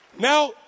Now